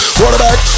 Quarterback